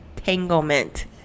entanglement